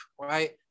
right